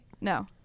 no